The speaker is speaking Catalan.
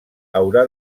haurà